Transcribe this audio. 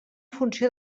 funció